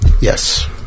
Yes